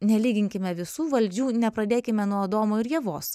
nelyginkime visų valdžių nepradėkime nuo adomo ir ievos